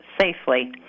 safely